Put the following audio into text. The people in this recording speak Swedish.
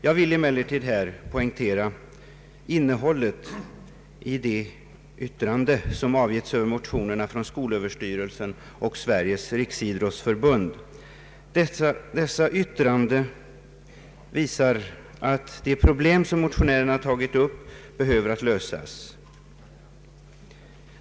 Jag vill emellertid poängtera innehållet i yttrandena från skolöverstyrelsen och Sveriges riksidrottsförbund över motionerna. Dessa yttranden visar att de problem motionärerna tagit upp behöver lösas.